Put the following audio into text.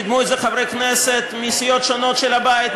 קידמו את זה חברי כנסת מסיעות שונות של הבית,